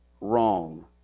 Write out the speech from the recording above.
wrong